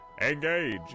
Engage